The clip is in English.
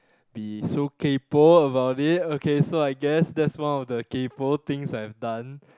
be so kaypoh about it okay so I guess that's one of the kaypoh things I have done